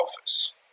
office